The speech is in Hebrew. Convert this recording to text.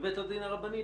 בבית הדין הרבני,